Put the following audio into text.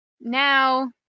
Now